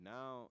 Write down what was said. Now